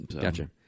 Gotcha